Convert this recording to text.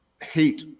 hate